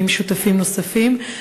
עם שותפים נוספים,